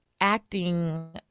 acting